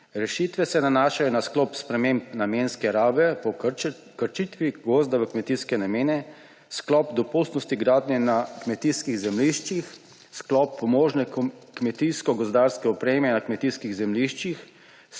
Rešitve se nanašajo na sklop sprememb namenske rabe po krčitvi gozda v kmetijske namene, sklop dopustnosti gradnje na kmetijskih zemljiščih, sklop pomožne kmetijsko-gozdarske opreme na kmetijskih zemljiščih,